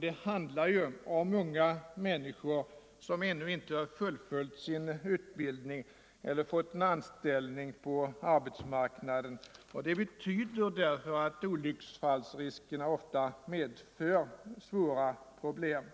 Det handlar här om unga människor som ännu inte fullföljt sin utbildning eller fått en anställning på arbetsmarknaden. Olyckor medför därför ofta svåra problem.